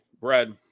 brad